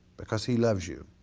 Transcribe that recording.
because he loves you,